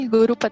Guru